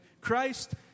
Christ